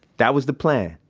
that was the plan,